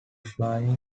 fly